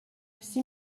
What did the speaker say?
six